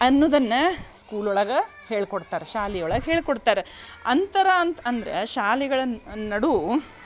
ಅನ್ನೋದನ್ನ ಸ್ಕೂಲ್ ಒಳಗೆ ಹೇಳ್ಕೊಡ್ತಾರ ಶಾಲಿಯೊಳಗೆ ಹೇಳ್ಕೊಡ್ತಾರ ಅಂತಾರ ಅಂತ ಅಂದ್ರೆ ಶಾಲೆಗಳ ನಡು